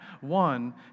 one